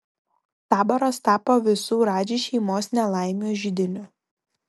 taboras tapo visų radži šeimos nelaimių židiniu